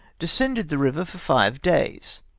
descended the river for five days.